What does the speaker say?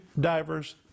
divers